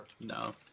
No